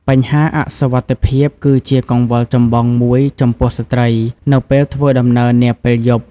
បញ្ហាអសុវត្ថិភាពគឺជាកង្វល់ចម្បងមួយចំពោះស្ត្រីនៅពេលធ្វើដំណើរនាពេលយប់។